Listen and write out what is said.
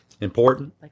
important